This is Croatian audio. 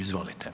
Izvolite.